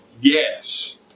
Yes